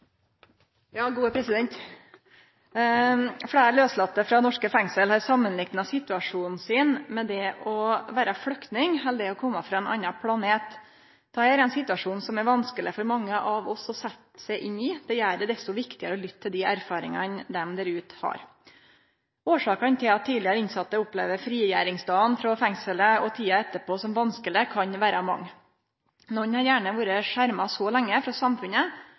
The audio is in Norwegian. norske fengsel har samanlikna situasjonen sin med det å vere ein flyktning, eller med det å kome frå ein annan planet. Dette er ein situasjon som det er vanskeleg for mange av oss å setje seg inn i. Det gjer det desto viktigare å lytte til dei erfaringane dei der ute har. Årsakene til at tidlegare innsette opplever frigjeringsdagen frå fengselet og tida etterpå som vanskeleg, kan vere mange. Nokre har gjerne vore skjerma så lenge frå samfunnet